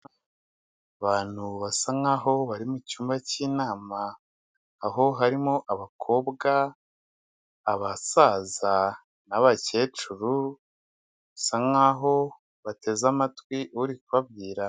Abantu basa nkaho bari mucyumba cy'inama aho harimo abakobwa, abasaza n'abakecuru basa nkaho bateze amatwi uri kubabwira.